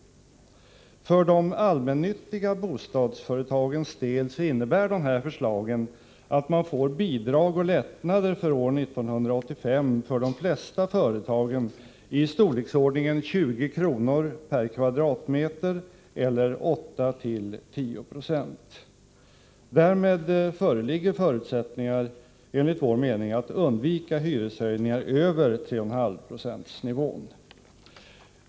För de allmännyttiga bostadsföretagens del innebär dessa förslag att man för 1985 får bidrag och lättnader för de flesta företagen i storleksordningen 20 kr. per m? eller 8-10 26. Därmed föreligger enligt vår mening förutsättningar att undvika hyreshöjningar över 3,5 procentsnivån.